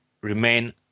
remain